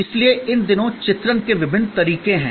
इसलिए इन दिनों चित्रण के विभिन्न तरीके हैं